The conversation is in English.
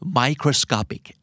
microscopic